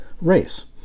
race